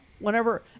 Whenever